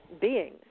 beings